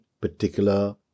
particular